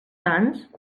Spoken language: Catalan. sants